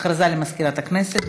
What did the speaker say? הודעה למזכירת הכנסת.